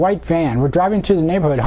white van were driving to the neighborhood